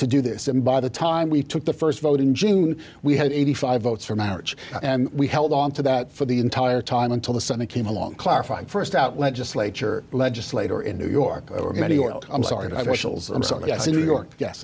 to do this and by the time we took the first vote in june we had eighty five votes for marriage and we held on to that for the entire time until the senate came along clarifying first out legislature legislator in new york over many oh i'm sorry